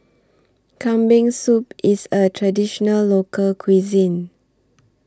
Kambing Soup IS A Traditional Local Cuisine